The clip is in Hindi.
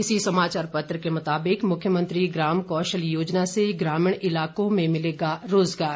इसी समाचार पत्र के मुताबिक मुख्यमंत्री ग्राम कौशल योजना से ग्रामीण इलाकों में मिलेगा रोजगार